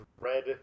red